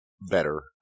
better